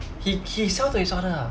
he he sell to his father ah